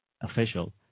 official